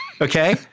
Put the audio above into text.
okay